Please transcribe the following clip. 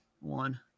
one